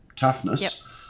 toughness